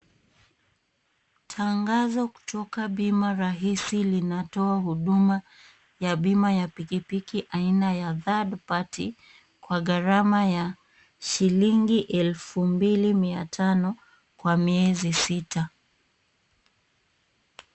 Tangazo kutoka bima rahisi linatoa huduma ya bima ya pikipiki aina ya third party kwa garama ya shilingi 2500 kwa miezi sita.